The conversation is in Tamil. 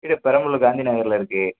வீடு பெரம்பலூர் காந்தி நகரில் இருக்குது